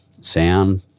sound